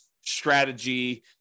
strategy